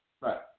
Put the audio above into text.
Right